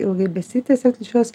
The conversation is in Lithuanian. ilgai besitęsiančios